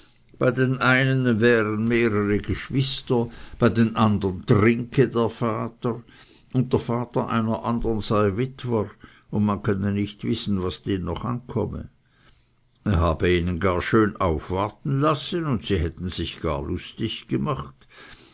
bei den einen wären mehrere geschwister bei den andern trinke der vater und der vater einer andern sei witwer und man könne nicht wissen was den noch ankomme er habe ihnen gar schön aufwarten lassen und sie hätten sich gar lustig gemacht